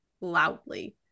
loudly